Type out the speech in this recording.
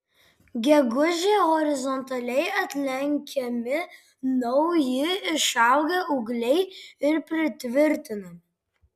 gegužę horizontaliai atlenkiami nauji išaugę ūgliai ir pritvirtinami